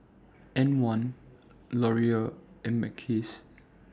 M one Laurier and Mackays